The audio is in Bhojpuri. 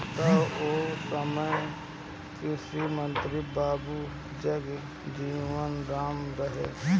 तब ओ समय कृषि मंत्री बाबू जगजीवन राम रहलें